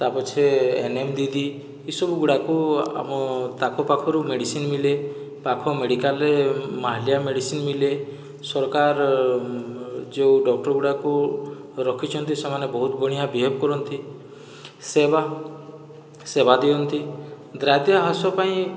ତା ପଛେ ଏନଏମ ଦିଦି ଏହି ସବୁ ଗୁଡ଼ାକୁ ଆମ ତାଙ୍କ ପାଖରୁ ମେଡ଼ିସିନ ମିଲେ ପାଖ ମେଡ଼ିକାଲରେ ମାହାଲିୟା ମେଡ଼ିସିନ ମିଲେ ସରକାର ଯେଉଁ ଡକ୍ଟର ଗୁଡ଼ାକୁ ରଖିଛନ୍ତି ସେମାନେ ବହୁତ ବଢ଼ିଆଁ ବିହେଭ କରନ୍ତି ସେବା ସେବା ଦିଅନ୍ତି ଦ୍ରାରିଦ୍ର୍ୟ ହ୍ରାସ ପାଇଁ